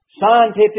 scientific